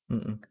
mm mm